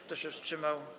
Kto się wstrzymał?